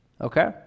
Okay